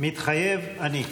מתחייב אני.